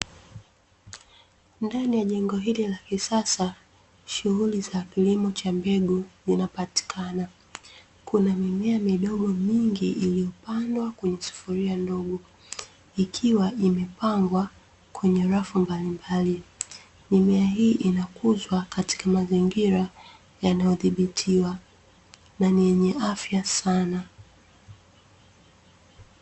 Ndani ya jengo hili la kisasa, shughuli za kilimo cha mbegu zinapatikana. Kuna mimea midogo mingi iliyopandwa kwenye sufuria ndogo, ikiwa imepangwa kwenye rafu mbalimbali. Mimea hii inakuzwa katika mazingira yanayodhibitiwa na ni yenye afya sana.